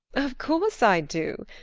of course i do.